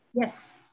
Yes